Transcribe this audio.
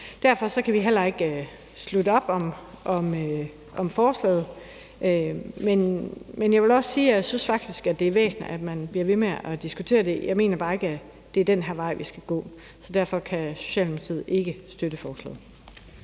Derfor kan vi heller ikke slutte op om forslaget, men jeg vil også sige, at jeg faktisk synes, at det er væsentligt, at man bliver ved med at diskutere det. Jeg mener bare ikke, at det er den her vej, vi skal gå. Så derfor kan Socialdemokratiet ikke støtte forslaget.